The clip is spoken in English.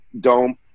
Dome